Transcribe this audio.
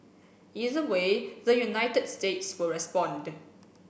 either way the United States will respond